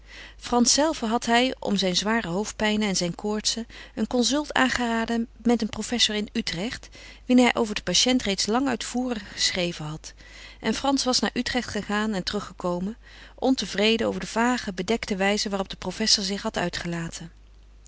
frans zelven had hij om zijn zware hoofdpijnen en zijn koortsen een consult aangeraden met een professor in utrecht wien hij over den patiënt reeds lang uitvoerig geschreven had en frans was naar utrecht gegaan en teruggekomen ontevreden over de vage bedekte wijze waarop de professor zich had uitgelaten